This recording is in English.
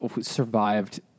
survived